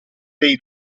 dei